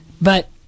But-